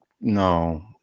no